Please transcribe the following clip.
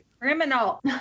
criminal